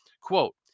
Quote